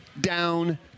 down